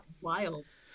wild